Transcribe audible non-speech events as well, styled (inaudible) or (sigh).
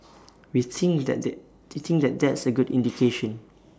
(noise) we think that that (unintelligible) think that that's A good (noise) indication